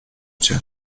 cię